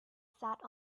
sat